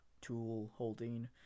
tool-holding